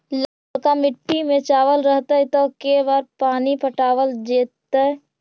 ललका मिट्टी में चावल रहतै त के बार पानी पटावल जेतै?